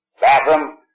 bathroom